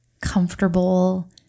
comfortable